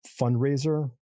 fundraiser